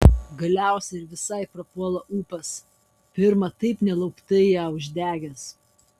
galiausiai ir visai prapuola ūpas pirma taip nelauktai ją uždegęs